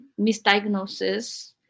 misdiagnosis